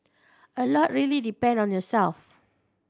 a lot really depend on yourself